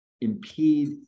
impede